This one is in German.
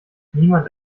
niemand